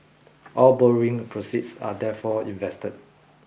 all borrowing proceeds are therefore invested